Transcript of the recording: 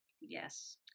Yes